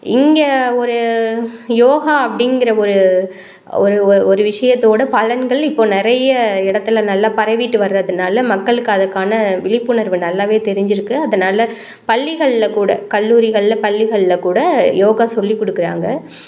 இங்கே ஒரு யோகா அப்படிங்கிற ஒரு ஒரு ஒரு விஷயத்தோட பலன்கள் இப்போது நிறைய இடத்துல நல்லா பரவிட்டு வர்றதுனால மக்களுக்கு அதற்கான விழிப்புணர்வு நல்லா தெரிஞ்சுருக்கு அதனால பள்ளிகளில் கூட கல்லூரிகளில் பள்ளிகளில் கூட யோகா சொல்லி கொடுக்குறாங்க